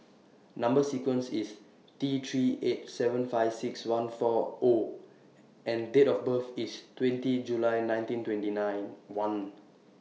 Number sequence IS T three eight seven five six one four O and Date of birth IS twenty July nineteen twenty nine one